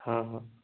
हाँ हाँ